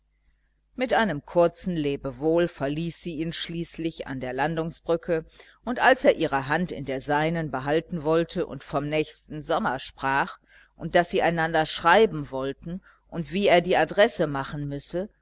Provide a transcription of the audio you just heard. mit einem kurzen lebewohl verließ sie ihn schließlich an der landungsbrücke und als er ihre hand in der seinen behalten wollte und vom nächsten sommer sprach und daß sie einander schreiben wollten und wie er die adresse machen müsse